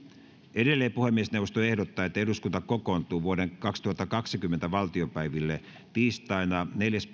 edelleen puhemiesneuvosto ehdottaa että eduskunta kokoontuu vuoden kaksituhattakaksikymmentä valtiopäiville tiistaina neljäs